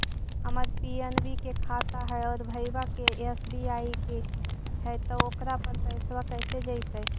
हमर पी.एन.बी के खाता है और भईवा के एस.बी.आई के है त ओकर पर पैसबा कैसे जइतै?